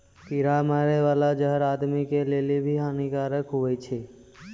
कीड़ा मारै बाला जहर आदमी के लेली भी हानि कारक हुवै छै